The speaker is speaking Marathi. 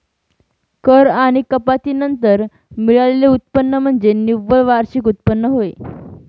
कर आणि कपाती नंतर मिळालेले उत्पन्न म्हणजे निव्वळ वार्षिक उत्पन्न होय